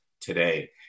today